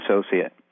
Associate